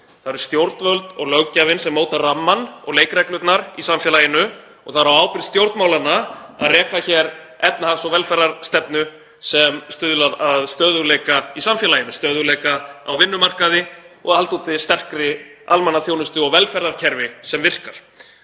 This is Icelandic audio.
Það eru stjórnvöld og löggjafinn sem móta rammann og leikreglurnar í samfélaginu og það er á ábyrgð stjórnmálanna að reka hér efnahags- og velferðarstefnu sem stuðlar að stöðugleika í samfélaginu, stöðugleika á vinnumarkaði og að halda úti sterkri almannaþjónustu og velferðarkerfi sem virkar.